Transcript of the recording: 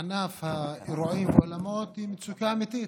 וענף האירועים והאולמות היא מצוקה אמיתית.